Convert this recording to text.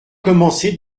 commencer